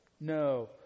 No